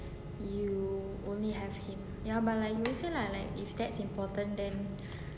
you only have him ya but like you will say lah like if that's important then